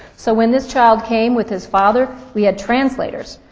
so when this child came with his father, we had translators.